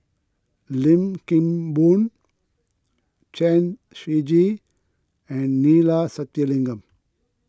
Lim Kim Boon Chen Shiji and Neila Sathyalingam